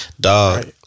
Dog